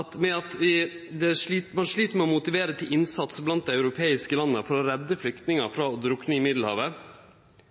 at ein slit med å motivere til innsats blant dei europeiske landa for å redde flyktningar frå å drukne i Middelhavet.